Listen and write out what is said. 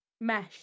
Mesh